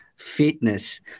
fitness